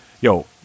yo